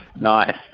nice